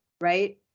right